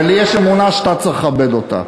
ולי יש אמונה שאתה צריך לכבד אותה.